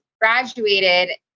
graduated